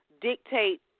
dictate